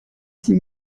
six